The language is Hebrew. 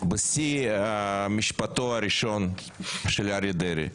בשיא משפטו הראשון של אריה דרעי.